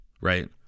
right